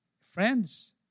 friends